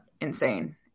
insane